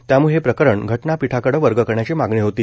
त्यामुळे हे प्रकरण घटनापिठाकडे वर्ग करण्याची मागणी होती